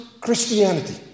Christianity